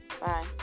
bye